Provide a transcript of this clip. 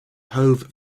hove